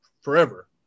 forever